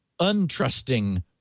untrusting